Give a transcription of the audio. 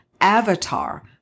Avatar